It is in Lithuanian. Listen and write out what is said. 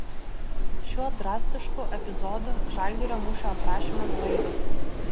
šiuo drastišku epizodu žalgirio mūšio aprašymas baigiasi